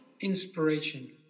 inspiration